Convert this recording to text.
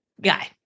guy